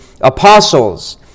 apostles